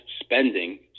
spending